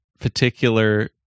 particular